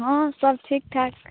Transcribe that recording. हँ सभ ठीक ठाक